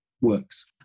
works